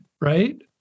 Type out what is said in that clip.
right